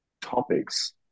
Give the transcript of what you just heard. topics